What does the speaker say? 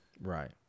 Right